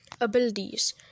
Abilities